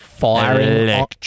Firing